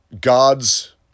gods